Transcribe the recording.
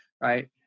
Right